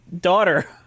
daughter